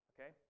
Okay